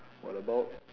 what about